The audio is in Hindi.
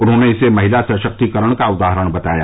उन्होंने इसे महिला सशक्तिकरण का उदाहरण बताया